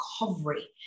recovery